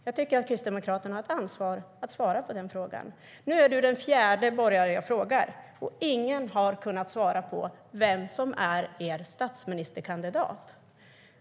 Jag tycker att Kristdemokraterna har ett ansvar för att svara på de frågorna. Nu är du den fjärde borgare som jag frågar, och ingen har kunnat svara på vem som är er statsministerkandidat.